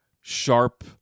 Sharp